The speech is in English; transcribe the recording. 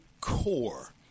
core